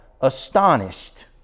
astonished